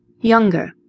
younger